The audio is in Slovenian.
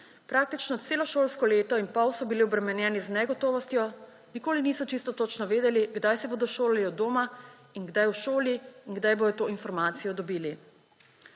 Praktično celo šolsko leto in pol so bili obremenjeni z negotovostjo, nikoli niso čisto točno vedeli, kdaj se bodo šolali od doma in kdaj v šoli in kdaj bodo to informacijo dobili.